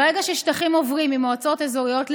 ברגע ששטחים עוברים ממועצות אזוריות לערים,